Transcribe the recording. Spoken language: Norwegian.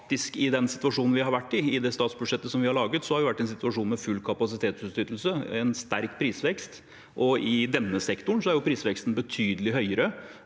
at den situasjonen vi har vært i, i det statsbudsjettet som vi har laget, er en situasjon med full kapasitetsutnyttelse og sterk prisvekst, og i denne sektoren er prisveksten betydelig høyere